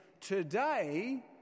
today